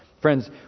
Friends